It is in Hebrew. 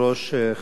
חברי הכנסת,